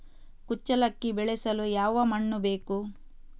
ಕುಚ್ಚಲಕ್ಕಿ ಬೆಳೆಸಲು ಯಾವ ಮಣ್ಣು ಬೇಕು?